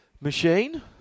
machine